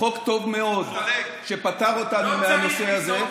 חוק טוב מאוד, שפטר אותנו מהנושא הזה.